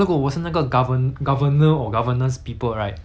我会觉得 dance or artist right is not needed